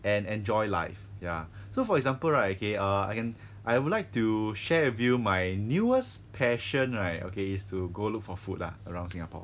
and enjoy life ya so for example right okay uh I would like to share with you my newest passion right okay is to go look for food lah around singapore